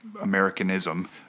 Americanism